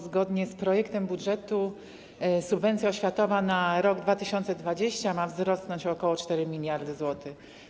Zgodnie z projektem budżetu subwencja oświatowa na rok 2020 ma wzrosnąć o ok. 4 mld zł.